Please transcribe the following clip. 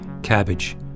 Cabbage